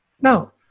Now